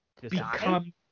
become